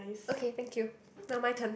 okay thank you now my turn